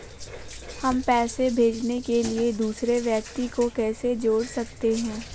हम पैसे भेजने के लिए दूसरे व्यक्ति को कैसे जोड़ सकते हैं?